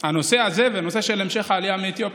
על הנושא הזה והנושא של המשך העלייה מאתיופיה.